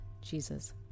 Jesus